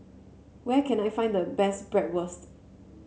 where can I find the best Bratwurst